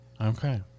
Okay